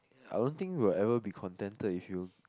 I don't think we'll ever be contented if you